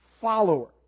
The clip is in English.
follower